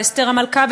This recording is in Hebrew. ואסתר המלכה,